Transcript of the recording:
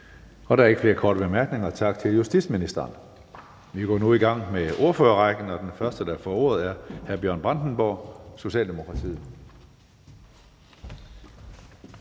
Der er ikke flere korte bemærkninger. Tak til justitsministeren. Vi går nu i gang med ordførerrækken, og den første, der får ordet, er hr. Bjørn Brandenborg, Socialdemokratiet.